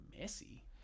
messy